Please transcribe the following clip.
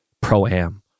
pro-am